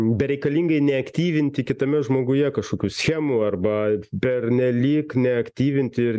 bereikalingai neaktyvinti kitame žmoguje kažkokių schemų arba pernelyg neaktyvint ir